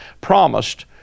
promised